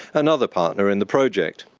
another partner in the project.